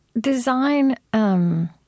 design –